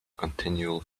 continual